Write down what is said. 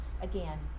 again